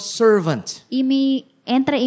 servant